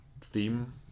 theme